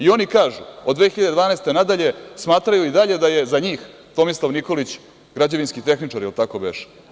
I, oni kažu od 2012. godine pa nadalje smatraju i dalje da je za njih Tomislav Nikolić građevinski tehničar, el tako beše.